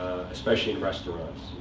especially in restaurants.